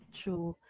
true